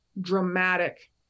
dramatic